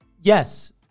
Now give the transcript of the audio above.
Yes